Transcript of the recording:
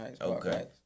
Okay